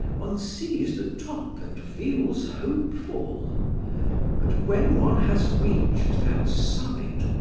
one sees the top and feels hopeful but when one has reached that summit,